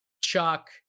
Chuck